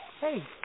Hey